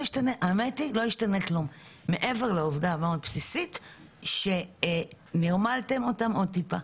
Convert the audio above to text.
לא ישתנה כלום מעבר לעובדה הבסיסית שנרמלתם אותם עוד טיפה.